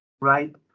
right